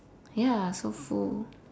ya so full